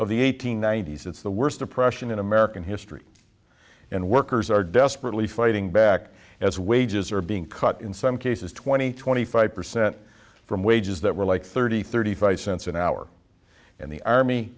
of the eight hundred ninety s it's the worst depression in american history and workers are desperately fighting back as wages are being cut in some cases twenty twenty five percent from wages that were like thirty thirty five cents an hour and the army